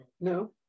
No